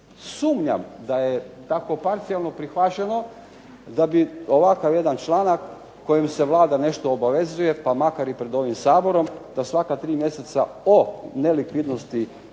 Sumnjam da je tako parcijalno prihvaćeno da bi ovakav jedan članak kojim se Vlada nešto obavezuje pa makar i pred ovim Saborom da svaka 3 mjeseca o nelikvidnosti